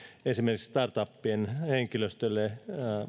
esimerkiksi startupien henkilöstölle